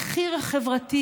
המחיר החברתי